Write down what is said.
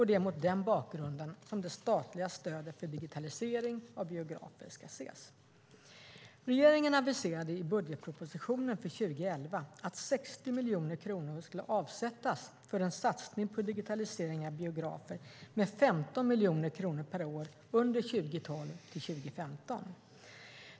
Det är mot den bakgrunden som det statliga stödet för digitalisering av biografer ska ses. Regeringen aviserade i budgetpropositionen för 2011 att 60 miljoner kronor skulle avsättas för en satsning på digitalisering av biografer med 15 miljoner kronor per år under 2012-2015.